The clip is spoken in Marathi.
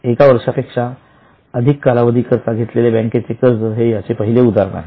एका वर्षापेक्षा अधिक कधी करता घेतलेले बँकेचे कर्ज हे याचे पहिले उदाहरण आहे